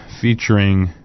featuring